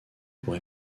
pour